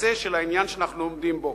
אפס-קצה של העניין שאנחנו עומדים בו.